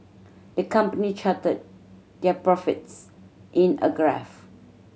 the company charted their profits in a graph